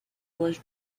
was